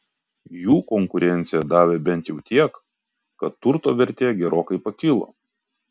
jų konkurencija davė bent jau tiek kad turto vertė gerokai pakilo